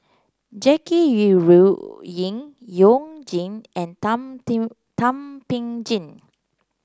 Jackie Yi Ru Ying You Jin and Thum Ping Tjin